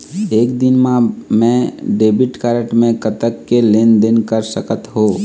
एक दिन मा मैं डेबिट कारड मे कतक के लेन देन कर सकत हो?